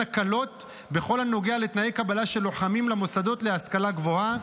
הקלות בכל הנוגע לתנאי קבלה של לוחמים למוסדות להשכלה גבוהה.